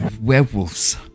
werewolves